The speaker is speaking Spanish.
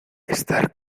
estar